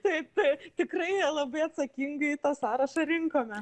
taip tai tikrai labai atsakingai tą sąrašą rinkome